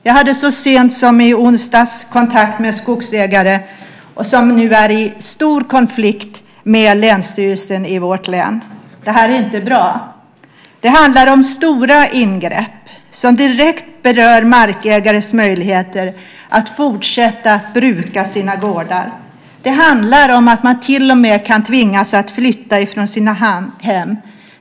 Jag hade så sent som i onsdags kontakt med en skogsägare som nu är i stor konflikt med länsstyrelsen i vårt län. Det här är inte bra. Det handlar om stora ingrepp som direkt berör markägares möjligheter att fortsätta att driva sina gårdar. Det handlar om att man kan tvingas flytta ifrån sina hem.